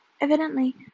evidently